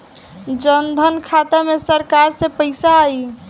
जनधन खाता मे सरकार से पैसा आई?